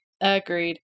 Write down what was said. Agreed